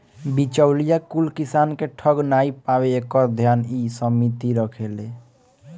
बिचौलिया कुल किसान के ठग नाइ पावे एकर ध्यान इ समिति रखेले